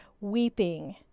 weeping